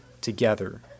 together